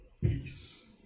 peace